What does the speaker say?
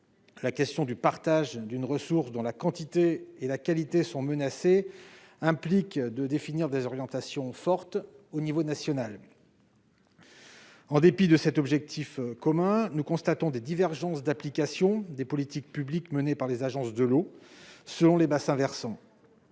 La question du partage d'une ressource dont la quantité et la qualité sont menacées implique donc de définir des orientations fortes à l'échelle nationale. En dépit de cet objectif commun, nous constatons des divergences d'application des politiques publiques menées par les agences de l'eau, selon les bassins versants.